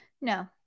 No